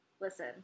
listen